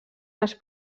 les